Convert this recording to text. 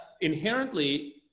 inherently